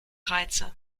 reize